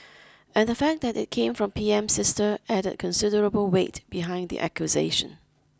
and the fact that it came from P M's sister added considerable weight behind the accusation